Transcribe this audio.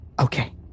Okay